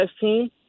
team